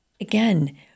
again